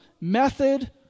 method